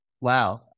Wow